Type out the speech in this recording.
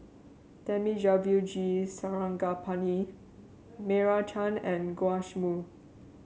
Thamizhavel G Sarangapani Meira Chand and Joash Moo